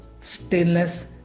stainless